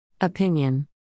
Opinion